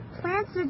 Plants